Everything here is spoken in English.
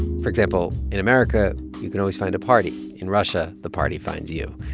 for example, in america, you can always find a party. in russia, the party finds you.